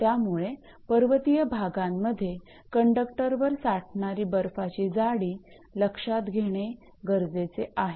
त्यामुळे पर्वतीय भागामध्ये कंडक्टरवर साठणारी बर्फाची जाडी लक्षात घेणे गरजेचे आहे